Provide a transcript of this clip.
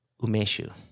Umeshu